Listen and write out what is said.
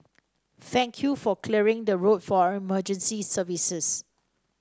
thank you for clearing the road for our emergency services